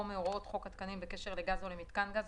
מהוראות חוק התקנים בקשר לגז או למיתקן גז,